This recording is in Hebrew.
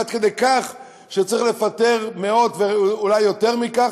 עד כדי כך שצריך לפטר מאות ואולי יותר מכך,